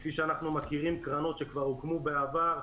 כפי שאנחנו מכירים קרנות שכבר הוקמו בעבר,